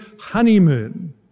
honeymoon